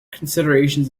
considerations